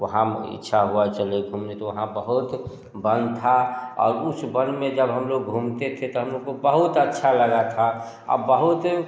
वहाँ इच्छा हुआ चले हमने तो वहाँ बहुत वन था और उस वन में जब हम लोग घूमते थे तब हम लोग को बहुत अच्छा लगा था और बहुत